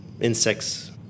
insects